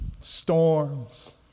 storms